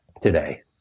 today